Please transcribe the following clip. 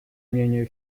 мнению